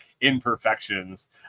imperfections